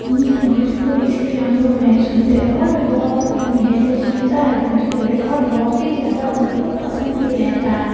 بھوجپوری اس لیے ہم لوگ نہیں سنتے اور بھی بہت آدمی ہیں جو سنتا ہے بھوجپوری اور بہت ہی زیادہ ان لوگ کو پسند بھی رہتا ہے